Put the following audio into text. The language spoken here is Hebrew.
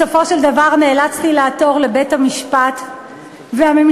בסופו של דבר נאלצתי לעתור לבית-המשפט והממשלה